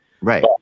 Right